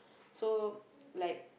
so like